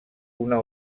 una